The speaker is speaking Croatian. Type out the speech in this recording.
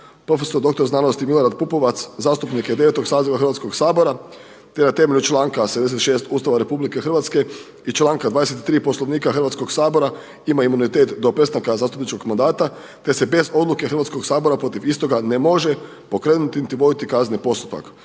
doktor znanosti Milorad Pupovac zastupnik je 9. saziva Hrvatskog sabora te na temelju članka 76. Ustava RH i članka 23. Poslovnika Hrvatskog sabora ima imunitet do prestanka zastupničkog mandata, te se bez odluke Hrvatskog sabora protiv istoga ne može pokrenuti niti voditi kazneni postupak.